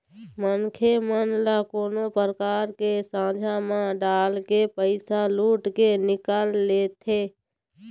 मनखे मन ल कोनो परकार ले झांसा म डालके पइसा लुट के निकाल लेथें